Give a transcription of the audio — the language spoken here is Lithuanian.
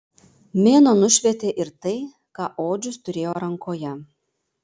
mėnuo nušvietė ir tai ką odžius turėjo rankoje